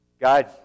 God